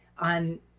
on